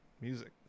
music